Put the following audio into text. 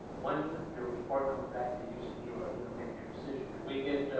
when the report comes back to yous, and you are gonna make your decision, do we get,